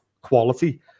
quality